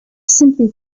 simply